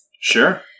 Sure